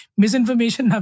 misinformation